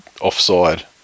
offside